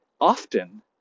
often